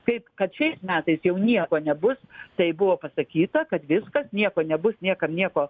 kaip kad šiais metais jau nieko nebus tai buvo pasakyta kad viskas nieko nebus niekam nieko